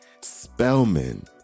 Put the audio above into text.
Spellman